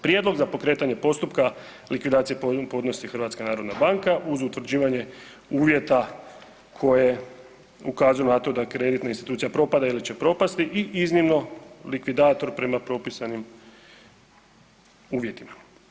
Prijedlog za pokretanje postupka likvidacije podnosi Hrvatska narodna banka uz utvrđivanje uvjeta koje ukazuju na to da kreditna institucija propada ili će propasti i iznimno, likvidator prema propisanim uvjetima.